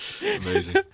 Amazing